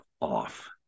off